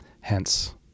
hence